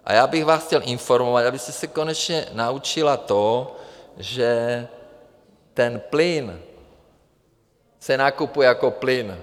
A já bych vás chtěl informovat, abyste se konečně naučila to, že ten plyn se nakupuje jako plyn.